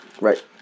Right